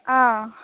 ஆ